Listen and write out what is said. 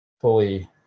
fully